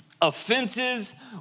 Offenses